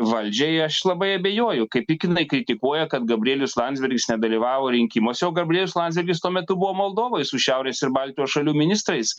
valdžiai aš labai abejoju kaip tik jinai kritikuoja kad gabrielius landsbergis nedalyvavo rinkimuose o gabrielius landsbergis tuo metu buvo moldovoj su šiaurės ir baltijos šalių ministrais